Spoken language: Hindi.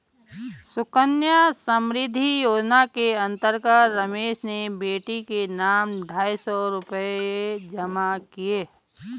सुकन्या समृद्धि योजना के अंतर्गत रमेश ने बेटी के नाम ढाई सौ रूपए जमा किए